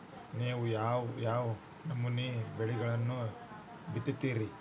ನೇವು ಯಾವ್ ಯಾವ್ ನಮೂನಿ ಬೆಳಿಗೊಳನ್ನ ಬಿತ್ತತಿರಿ?